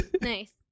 Nice